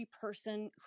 person